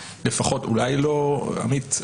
עמית,